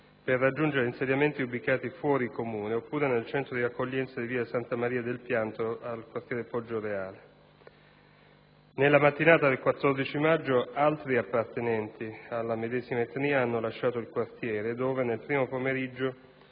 per raggiungere insediamenti ubicati fuori Comune oppure nel centro di accoglienza di via Santa Maria del Pianto, nel quartiere Poggioreale. Nella mattinata del 14 maggio altri appartenenti alla medesima etnia hanno lasciato il quartiere ove, nel primo pomeriggio,